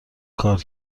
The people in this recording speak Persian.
کار